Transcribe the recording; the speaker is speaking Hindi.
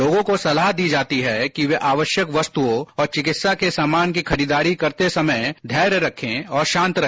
लोगों को सलाह दी जाती है कि वे आवश्यक वस्तुओं और चिकित्सा के सामान की खरीददारी करते समय धैर्य रखें और शांत रहे